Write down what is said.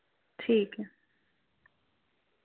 ठीक ऐ